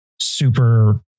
super